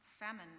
famine